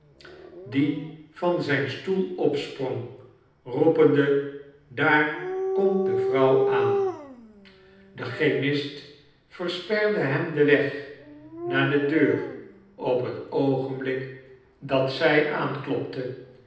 die van zijn stoel opsprong roepende daar komt de vrouw aan de chemist versperde hem den weg naar de deur op het oogenblik dat zij aanklopte